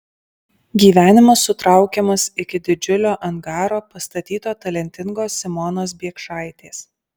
gyvenimas sutraukiamas iki didžiulio angaro pastatyto talentingos simonos biekšaitės